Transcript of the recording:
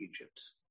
Egypt